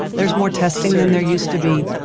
there's more testing than there used to be,